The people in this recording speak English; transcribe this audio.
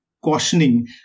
cautioning